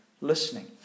listening